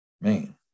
Man